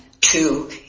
two